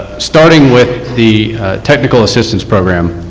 starting with the technical assistance program.